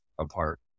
apart